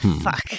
fuck